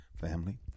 family